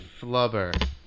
Flubber